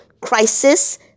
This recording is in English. crisis